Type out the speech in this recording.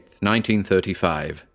1935